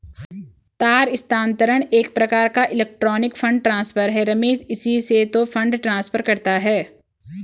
तार स्थानांतरण एक प्रकार का इलेक्ट्रोनिक फण्ड ट्रांसफर है रमेश इसी से तो फंड ट्रांसफर करता है